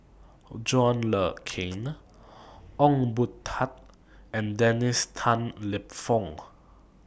John Le Cain Ong Boon Tat and Dennis Tan Lip Fong